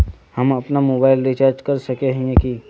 हम अपना mobile recharge कर सकय हिये की?